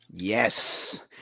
Yes